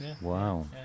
Wow